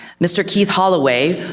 mr. keith holloway,